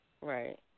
Right